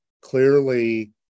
clearly